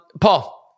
Paul